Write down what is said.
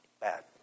Bad